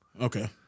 Okay